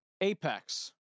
apex